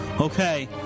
Okay